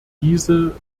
diese